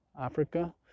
Africa